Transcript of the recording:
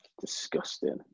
Disgusting